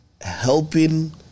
helping